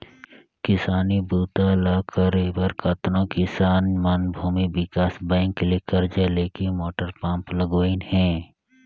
किसानी बूता ल करे बर कतनो किसान मन भूमि विकास बैंक ले करजा लेके मोटर पंप लगवाइन हें